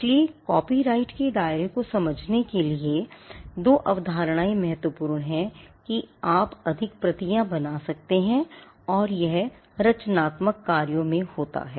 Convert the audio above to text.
इसलिए कॉपीराइट के दायरे को समझने के लिए ये दो अवधारणाएं महत्वपूर्ण हैं कि आप अधिक प्रतियां बना सकते हैं और यह रचनात्मक कार्यों में होता है